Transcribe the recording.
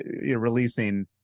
releasing